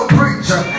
preacher